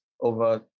over